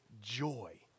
joy